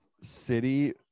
City